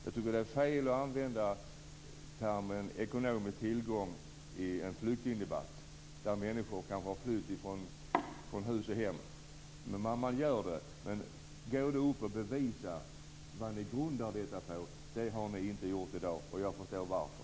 Jag tycker att det är fel att använda termen ekonomisk tillgång i en flyktingdebatt när det handlar om människor som kanske har flytt från hus och hem, men det gör man. Gå då upp och bevisa vad ni grundar detta på! Det har ni inte gjort i dag, och jag förstår varför.